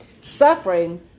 suffering